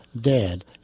dead